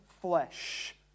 flesh